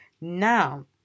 now